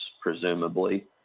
presumably